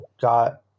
Got